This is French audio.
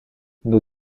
nos